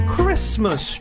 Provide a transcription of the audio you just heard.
Christmas